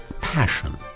passion